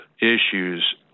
issues